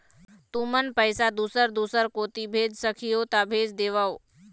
तुमन पैसा दूसर दूसर कोती भेज सखीहो ता भेज देवव?